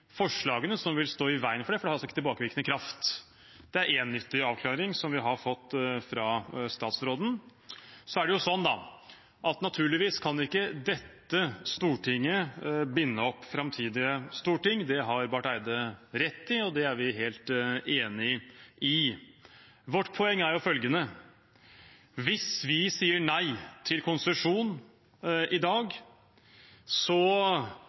forslagene som vil stå i veien for det, for det har altså ikke tilbakevirkende kraft. Det er én nyttig avklaring vi har fått fra statsråden. Så kan naturligvis ikke dette stortinget binde opp framtidige storting. Det har representanten Barth Eide rett i, og det er vi helt enige i. Vårt poeng er følgende: Hvis vi sier nei til konsesjon i dag,